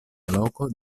loko